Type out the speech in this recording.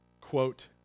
quote